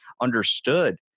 understood